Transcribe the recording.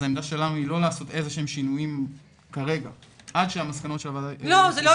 אז העמדה שלנו היא לא לעשות שינויים כרגע עד שהמסקנות של הוועדה תהיינה.